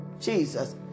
Jesus